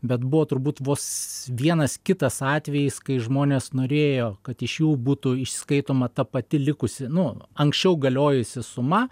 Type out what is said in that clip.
bet buvo turbūt vos vienas kitas atvejis kai žmonės norėjo kad iš jų būtų išskaitoma ta pati likusi nu anksčiau galiojusi suma